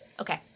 okay